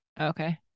okay